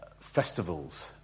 festivals